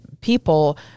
People